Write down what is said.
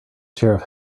sheriff